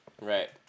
Right